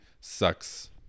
sucks